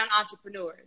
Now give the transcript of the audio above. entrepreneurs